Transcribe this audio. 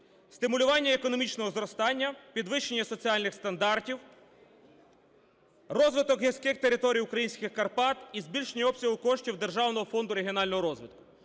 стимулювання економічного зростання, підвищення соціальних стандартів, розвиток гірських територій українських Карпат і збільшення обсягу фондів Державного фонду регіонального розвитку.